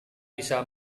bisa